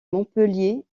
montpellier